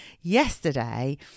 Yesterday